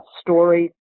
story